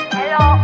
Hello